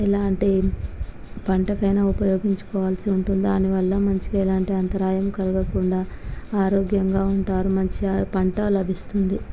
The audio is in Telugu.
ఎలాంటి పంటకైనా ఉపయోగించుకోవాల్సి ఉంటుంది దానివల్ల మంచిగా ఎలాంటి అంతరాయం కలగకుండా ఆరోగ్యంగా ఉంటారు మంచిగా పంట లభిస్తుంది